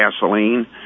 gasoline